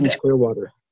clearwater